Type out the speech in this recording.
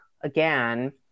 again